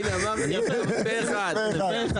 פה אחד.